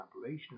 operation